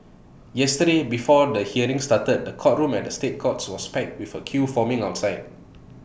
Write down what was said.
yesterday before the hearing started the courtroom at the state courts was packed with A queue forming outside